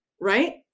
right